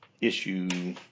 issue